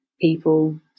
people